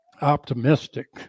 optimistic